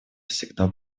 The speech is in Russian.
всегда